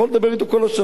אדוני שר האוצר,